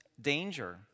danger